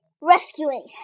Rescuing